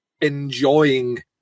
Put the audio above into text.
enjoying